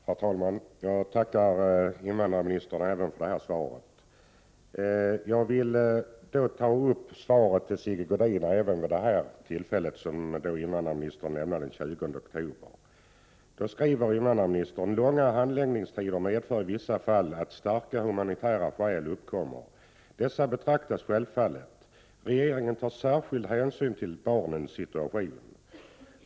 Herr talman! Jag tackar invandrarministern även för detta svar. Jag vill även vid detta tillfälle ta upp det svar till Sigge Godin som invandrarministern lämnade den 20 oktober. Invandrarministern skrev då: ”Långa handläggningstider medför i vissa fall att starka humanitära skäl uppkommer. Dessa beaktas självfallet. Regeringen tar särskild hänsyn till barnens situation.